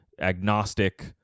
agnostic